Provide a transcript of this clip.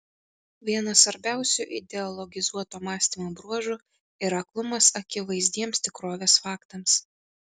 vienas svarbiausių ideologizuoto mąstymo bruožų yra aklumas akivaizdiems tikrovės faktams